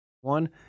One